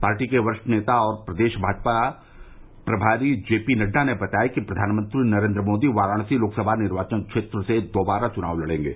party के वरिष्ठ नेता और प्रदेश प्रमारी जेपी नड्डा ने बताया कि प्रधानमंत्री नरेन्द्र मोदी वाराणसी लोकसभा निर्वाचन क्षेत्र से दोबारा चुनाव लड़ेंगे